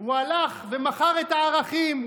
הוא הלך ומכר את הערכים.